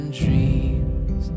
dreams